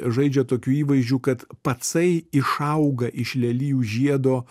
žaidžia tokiu įvaizdžiu kad pacai išauga iš lelijų žiedo